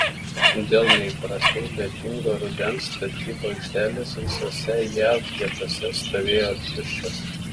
dėl neįprastai lietingo rudens statybų aikštelės visuose jav pietuose stovėjo tuščios